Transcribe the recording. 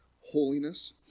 holiness